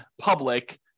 public